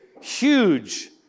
huge